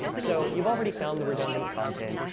so you've already found the redundant content,